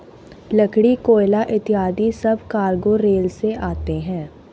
लकड़ी, कोयला इत्यादि सब कार्गो रेल से आते हैं